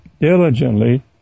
diligently